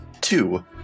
Two